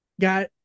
got